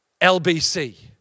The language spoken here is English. LBC